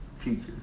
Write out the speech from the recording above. teachers